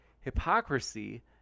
hypocrisy